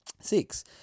six